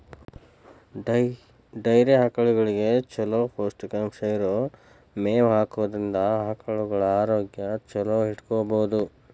dairy ಆಕಳಗಳಿಗೆ ಚೊಲೋ ಪೌಷ್ಟಿಕಾಂಶ ಇರೋ ಮೇವ್ ಹಾಕೋದ್ರಿಂದ ಆಕಳುಗಳ ಆರೋಗ್ಯ ಚೊಲೋ ಇಟ್ಕೋಬಹುದು